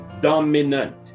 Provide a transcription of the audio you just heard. dominant